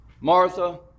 Martha